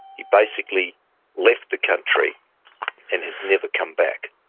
he basically left the country and has never come back.